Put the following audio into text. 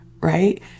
right